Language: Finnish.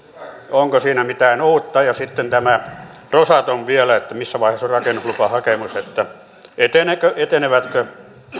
onko siinä mitään uutta ja sitten vielä tämä rosatom missä vaiheessa on rakennuslupahakemus etenevätkö etenevätkö